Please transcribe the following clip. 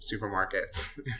supermarkets